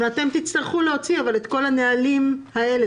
ואתם תצטרכו להוציא את כל הנהלים האלה.